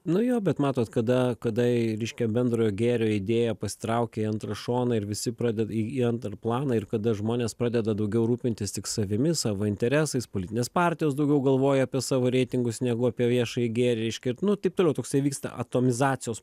nu jo bet matot kada kadai reiškia bendrojo gėrio idėja pasitraukė į antrą šoną ir visi pradeda į antrą planą ir kada žmonės pradeda daugiau rūpintis tik savimi savo interesais politinės partijos daugiau galvoja apie savo reitingus negu apie viešąjį gėrį reiškia nu ir taip toliau toksai vyksta atomizacijos